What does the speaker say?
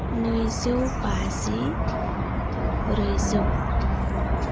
नैजौ बाजि ब्रैजौ